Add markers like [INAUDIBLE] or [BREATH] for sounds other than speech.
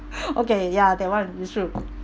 [BREATH] okay ya that one it's true